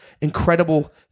incredible